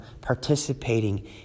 participating